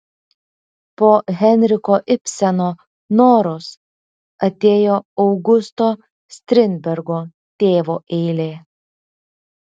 po henriko ibseno noros atėjo augusto strindbergo tėvo eilė